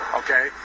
okay